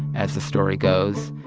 as the story goes,